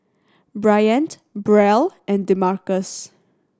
Bryant Brielle and Demarcus